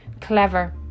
Clever